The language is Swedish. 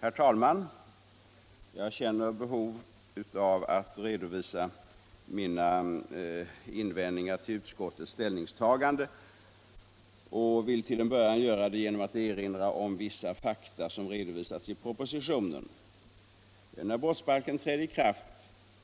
Herr talman! Jag känner behov av att redovisa mina invändningar till utskottets ställningstagande och vill till en början göra det genom att erinra om vissa fakta som återgivits i propositionen. När brottsbalken trädde i kraft